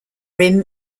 rim